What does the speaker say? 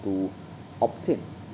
to obtain